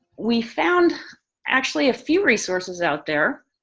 we found actually a few resources out there.